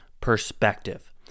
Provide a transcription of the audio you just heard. perspective